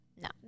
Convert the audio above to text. No